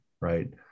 right